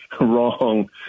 wrong